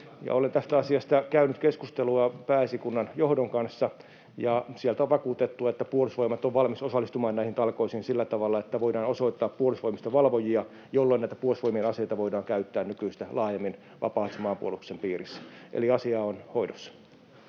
olen tästä asiasta käynyt keskustelua pääesikunnan johdon kanssa, ja sieltä on vakuutettu, että Puolustusvoimat on valmis osallistumaan näihin talkoisiin sillä tavalla, että voidaan osoittaa Puolustusvoimista valvojia, jolloin näitä Puolustusvoimien aseita voidaan käyttää nykyistä laajemmin vapaasti maanpuolustuksen piirissä. Eli asia on hoidossa.